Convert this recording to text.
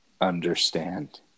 understand